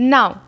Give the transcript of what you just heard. Now